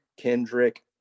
Kendrick